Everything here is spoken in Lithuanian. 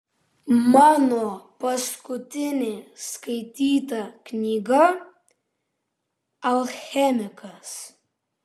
mano paskutinė skaityta knyga alchemikas